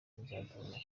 izahuza